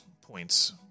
points